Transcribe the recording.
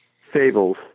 fables